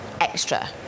extra